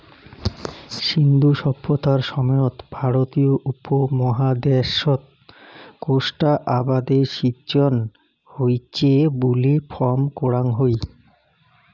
সিন্ধু সভ্যতার সময়ত ভারতীয় উপমহাদ্যাশত কোষ্টা আবাদের সিজ্জন হইচে বুলি ফম করাং হই